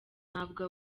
ntabwo